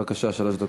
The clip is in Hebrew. בבקשה, שלוש דקות.